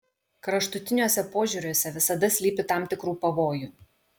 kraštutiniuose požiūriuose visada slypi tam tikrų pavojų